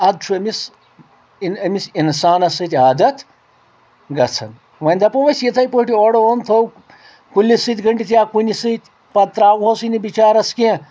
ادٕ چھُ أمِس اِن أمِس انسانس سۭتۍ عادت گژھان وۄنۍ دپو أسۍ یِتھٕے پٲٹھۍ اورٕ اوٚن تھوٚو کُلِس سۭتۍ گٔنڈتھ یا کُنہِ سۭتۍ پتہٕ ترٛاوہوسٕے نہٕ بچارس کینٛہہ